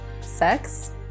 sex